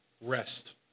rest